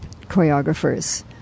choreographers